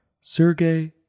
Sergey